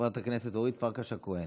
חברת הכנסת אורית פרקש הכהן,